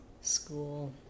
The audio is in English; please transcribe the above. school